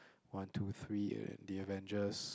one two three and the Avengers